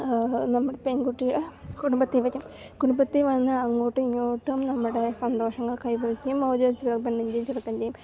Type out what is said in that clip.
നമ്മുടെ പെൺകുട്ടിടെ കുടുംബത്തിൽ വരും കുടുംബത്തിൽ വന്ന് അങ്ങോട്ടുമിങ്ങോട്ടും നമ്മുടെ സന്തോഷങ്ങൾ കൈവരിക്കും അവർ പെണ്ണിൻ്റേയും ചെറുക്കൻ്റേയും